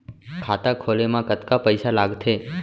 खाता खोले मा कतका पइसा लागथे?